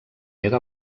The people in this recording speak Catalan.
era